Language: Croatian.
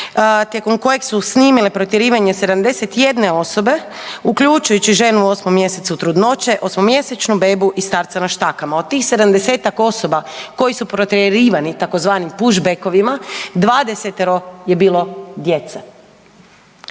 tijekom kojeg su snimile protjerivanje 71 osobe uključujući ženu u 8 mjesecu trudnoće, osmomjesečnu bebu i starca na štakama. Od tih 70-tak osoba koji su protjerivani tzv. push backovima 20-toro je bilo djece.